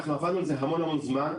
עבדנו על זה המון זמן,